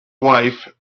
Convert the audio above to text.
wife